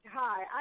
Hi